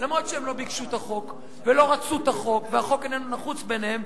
למרות שהם לא ביקשו את החוק ולא רצו את החוק והחוק איננו נחוץ בעיניהם,